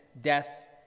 death